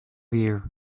here